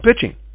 pitching